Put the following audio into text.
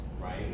right